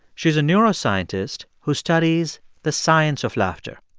she's a neuroscientist who studies the science of laughter.